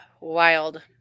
wild